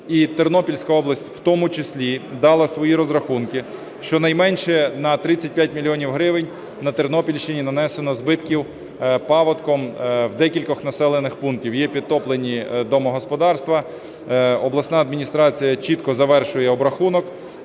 Тернопільська область в тому числі дала свої розрахунки, щонайменше на 35 мільйонів гривень на Тернопільщині нанесено збитків паводком у декількох населених пунктів, є підтоплені домогосподарства. Обласна адміністрація чітко завершує обрахунок